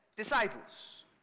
disciples